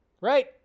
Right